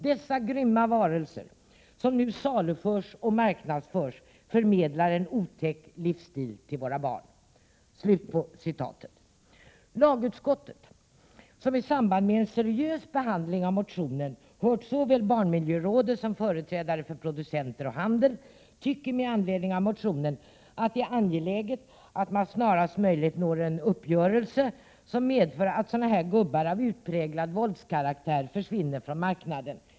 Dessa grymma varelser som nu saluförs och marknadsförs förmedlar en otäck livsstil för våra barn.” Lagutskottet, som i samband med en seriös behandling av motionen har hört såväl barnmiljörådet som företrädare för producenter och handel, tycker med anledning av motionen att det är angeläget att man snarast möjligt når en uppgörelse, som medför att sådana här gubbar av utpräglad våldskaraktär försvinner från marknaden.